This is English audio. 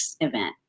event